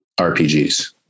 rpgs